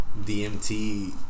DMT